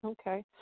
Okay